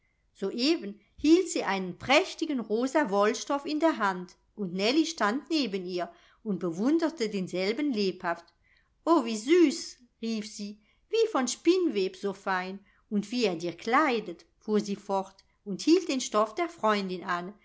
soeben hielt sie einen prächtigen rosa wollstoff in der hand und nellie stand neben ihr und bewunderte denselben lebhaft o wie süß rief sie wie von spinnweb so fein und wie er dir kleidet fuhr sie fort und hielt den stoff der freundin an